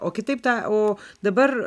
o kitaip tą o dabar